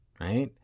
right